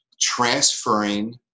transferring